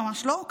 ממש לא,